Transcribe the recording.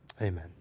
Amen